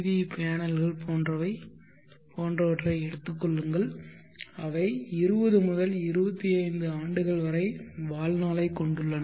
we பேனல்கள் போன்றவற்றை எடுத்துக் கொள்ளுங்கள் அவை 20 முதல் 25 ஆண்டுகள் வரை வாழ்நாளைக் கொண்டுள்ளன